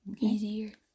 Easier